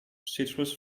citrus